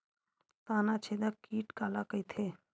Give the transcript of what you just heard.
तनाछेदक कीट काला कइथे?